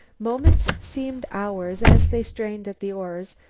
moments seemed hours as they strained at the oars,